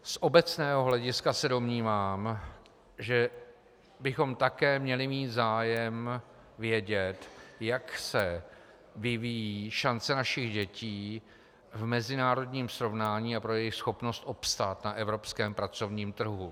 Z obecného hlediska se domnívám, že bychom také měli mít zájem vědět, jak se vyvíjí šance našich dětí v mezinárodním srovnání a pro jejich schopnost obstát na evropském pracovním trhu.